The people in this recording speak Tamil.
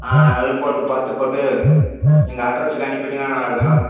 ஆ எல்லாம் போட்டு பார்த்துப் போட்டு எங்கள் அட்ரஸுக்கு அனுப்பிட்டிங்கன்னால் நல்லா இருக்கும்